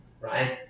Right